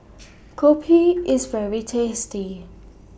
Kopi IS very tasty